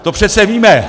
To přece víme!